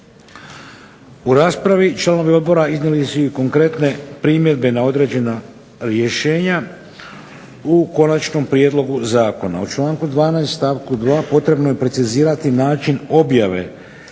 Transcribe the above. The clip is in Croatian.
U raspravi članovi Odbora iznijeli su konkretne primjedbe na određena rješenja u Konačnom prijedlogu zakona. U članku 12. stavku 2. potrebno je precizirati način objave